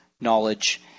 knowledge